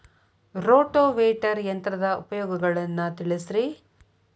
rotavator ಯಂತ್ರದ ಉಪಯೋಗಗಳನ್ನ ತಿಳಿಸಿರಿ